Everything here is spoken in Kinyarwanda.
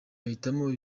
bahitamo